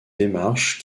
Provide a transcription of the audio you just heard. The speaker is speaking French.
démarche